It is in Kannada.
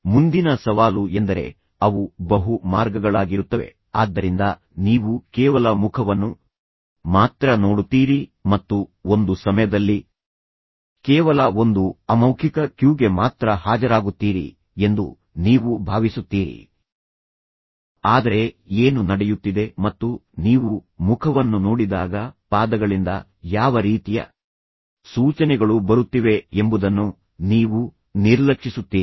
ಮುಂದಿನ ಸವಾಲು ಎಂದರೆ ಅವು ಬಹು ಮಾರ್ಗಗಳಾಗಿರುತ್ತವೆ ಆದ್ದರಿಂದ ನೀವು ಕೇವಲ ಮುಖವನ್ನು ಮಾತ್ರ ನೋಡುತ್ತೀರಿ ಮತ್ತು ಒಂದು ಸಮಯದಲ್ಲಿ ಕೇವಲ ಒಂದು ಅಮೌಖಿಕ ಕ್ಯೂಗೆ ಮಾತ್ರ ಹಾಜರಾಗುತ್ತೀರಿ ಎಂದು ನೀವು ಭಾವಿಸುತ್ತೀರಿ ಆದರೆ ಏನು ನಡೆಯುತ್ತಿದೆ ಮತ್ತು ನೀವು ಮುಖವನ್ನು ನೋಡಿದಾಗ ಪಾದಗಳಿಂದ ಯಾವ ರೀತಿಯ ಸೂಚನೆಗಳು ಬರುತ್ತಿವೆ ಎಂಬುದನ್ನು ನೀವು ನಿರ್ಲಕ್ಷಿಸುತ್ತೀರಿ